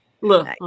Look